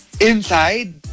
Inside